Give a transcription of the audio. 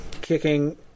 kicking